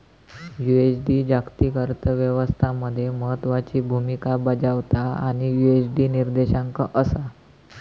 USD जागतिक अर्थ व्यवस्था मध्ये महत्त्वाची भूमिका बजावता आणि यु.एस.डी निर्देशांक असा